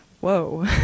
whoa